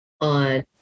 on